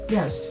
Yes